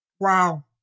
Wow